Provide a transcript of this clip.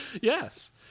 Yes